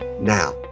Now